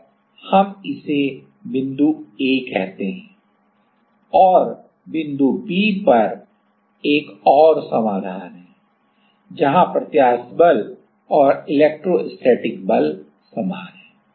और हम इसे बिंदु a कहते हैं और बिंदु B पर एक और समाधान है जहां प्रत्यास्थ बल और इलेक्ट्रोस्टैटिक बल समान हैं